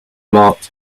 marked